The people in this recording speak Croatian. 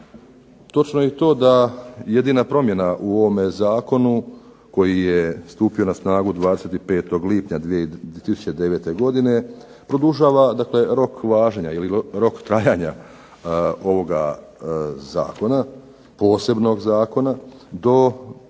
Točno je i to da jedina promjena u ovome zakonu koji je stupio na snagu 25. lipnja 2009. godine produžava rok važenja ili rok trajanja ovoga zakona, posebnog zakona, do